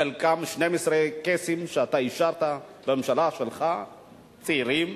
חלקם, 12 קייסים, שאתה אישרת בממשלה שלך, צעירים,